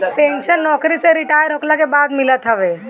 pension नोकरी से retire होखला के बाद मिलत हवे